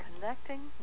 Connecting